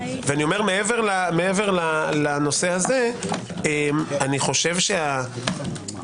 מעבר לכך, אני חושב שיש לומר